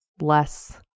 less